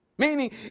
Meaning